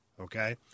okay